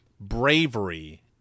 bravery